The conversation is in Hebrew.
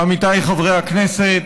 עמיתיי חברי הכנסת,